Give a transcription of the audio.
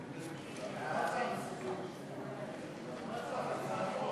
ההצעה להעביר את הצעת חוק